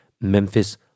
Memphis